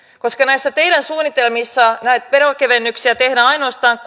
koska näissä teidän suunnitelmissanne näitä veronkevennyksiä tehdään ainoastaan